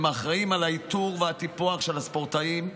הם אחראים לאיתור ולטיפוח של הספורטאים,